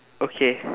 okay